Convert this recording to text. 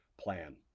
plan